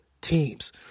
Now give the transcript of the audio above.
teams